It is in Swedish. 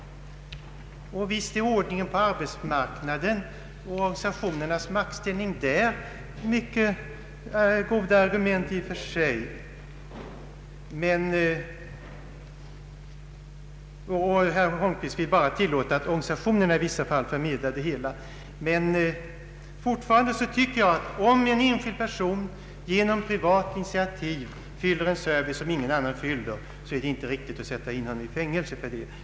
Visst är ordningen på arbetsmarknaden och organisationernas maktställning där mycket goda argument i och för sig, och herr Holmqvist vill endast tillåta organisationerna att i vissa fall utföra denna förmedling. Men fortfarande tycker jag att om en enskild person genom privat initiativ ger en service som ingen annan kan ge så är det inte riktigt att sätta in honom i fängelse för det.